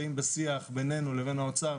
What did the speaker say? נמצאים בשיח בינינו לבין האוצר,